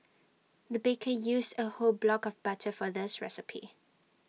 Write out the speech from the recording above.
the baker used A whole block of butter for this recipe